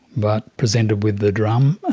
but presented with the drum,